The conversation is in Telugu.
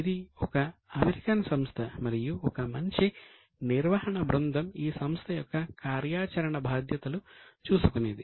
ఇది ఒక అమెరికన్ సంస్థ మరియు ఒక మంచి నిర్వహణ బృందం ఈ సంస్థ యొక్క కార్యాచరణ బాధ్యతలు చూసుకునేది